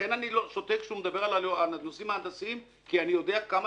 לכן אני שותק כשהוא מדבר על הנושאים ההנדסיים כי אני יודע עד כמה